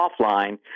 offline